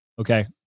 Okay